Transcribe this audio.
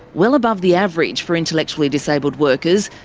well above the average for intellectually disabled workers,